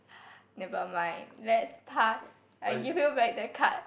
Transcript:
never mind let's pass I give you back the card